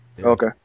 Okay